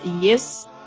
yes